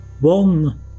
One